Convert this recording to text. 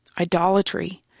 idolatry